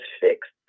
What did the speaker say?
fixed